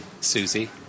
Susie